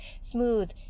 smooth